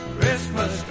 Christmas